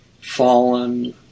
fallen